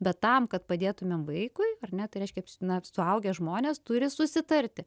bet tam kad padėtumėm vaikui ar ne tai reiškia na suaugę žmonės turi susitarti